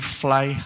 fly